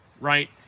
right